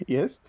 Yes